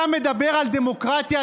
אתה מדבר על דמוקרטיה?